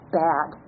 bad